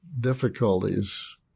difficulties